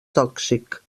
tòxic